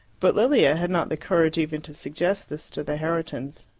but lilia had not the courage even to suggest this to the herritons,